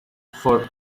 for